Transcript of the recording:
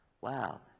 Wow